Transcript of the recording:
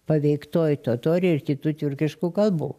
paveiktoj totorių ir kitų tiurkiškų kalbų